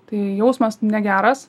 tai jausmas negeras